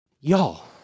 Y'all